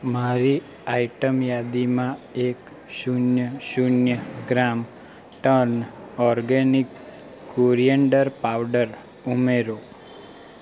મારી આઈટમ યાદીમાં એક શૂન્ય શૂન્ય gram ton organic coriander powder ઉમેરો